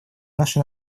наши